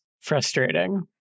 frustrating